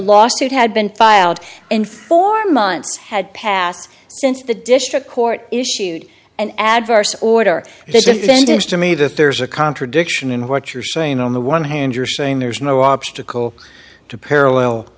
lawsuit had been filed in four months had passed since the district court issued an adverse order they sent bendish to me that there's a contradiction in what you're saying on the one hand you're saying there's no obstacle to parallel